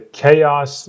chaos